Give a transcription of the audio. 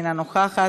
אינה נוכחת,